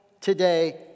today